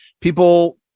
people